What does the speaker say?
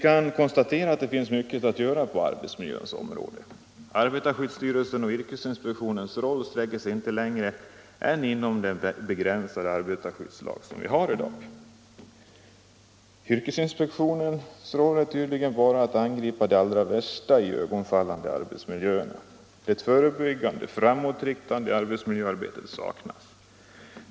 Mycket finns att göra på arbetsmiljöns område. Arbetarskyddsstyrelsens och yrkesinspektionens roll sträcker sig inte längre än inom den begränsade arbetarskyddslag som vi i dag har. Yrkesinspektionens roll är tydligen bara att angripa de allra värsta och iögonfallande arbetsmiljöerna. Det förebyggande, framåtriktade arbetsmiljöarbetet saknas.